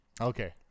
Okay